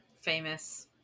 famous